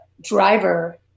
driver